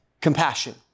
compassion